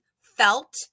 felt